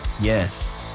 Yes